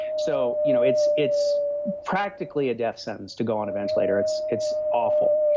so you know it's it's practically a death sentence to go on a ventilator. it's it's awful.